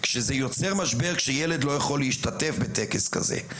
כשזה יוצר משבר שילד לא יכול להשתתף בטקס כזה.